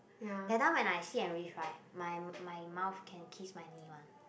that time when I sit and reach right my my mouth can kiss my knee one